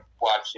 watching